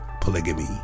polygamy